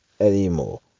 anymore